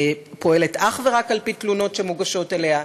פועלת אך ורק על-פי תלונות שמוגשות לה,